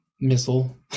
missile